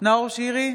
נאור שירי,